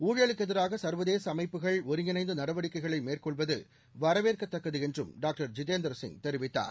ஊழலுக்கு எதிராக சா்வதேச அமைப்புகள் ஒருங்கிணைந்து நடவடிக்கைகளை மேற்கொள்வது வரவேற்கத்தக்கது என்றும் டாக்டர் ஜிதேந்திர சிங் தெரிவித்தார்